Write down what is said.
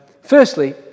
Firstly